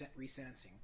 resentencing